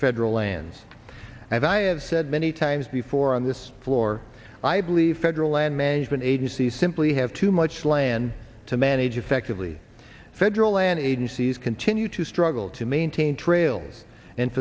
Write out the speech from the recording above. federal lands as i have said many times before on this floor i believe federal land management agencies simply have too much land to manage effectively federal land agencies continue to struggle to maintain trails and